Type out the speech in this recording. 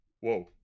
whoa